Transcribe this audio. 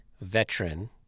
veteran